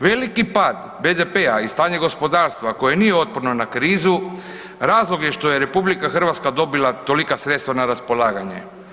Veliki pad BDP-a i stanje gospodarstva koje nije otporno na krizu, razlog je što je RH dobila tolika sredstva na raspolaganje.